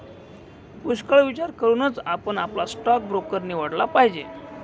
पुष्कळ विचार करूनच आपण आपला स्टॉक ब्रोकर निवडला पाहिजे